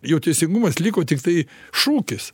jau teisingumas liko tiktai šūkis